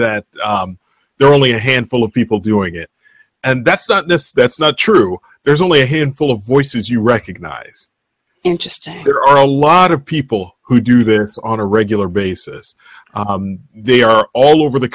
that there are only a handful of people doing it and that's that's not true there's only a handful of voices you recognize interesting there are a lot of people who do this on a regular basis they are all over the